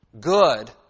good